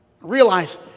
realize